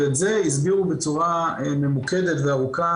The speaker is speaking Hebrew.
ואת זה הסבירו בצורה ממוקדת וארוכה